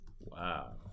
Wow